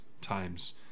times